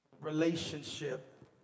relationship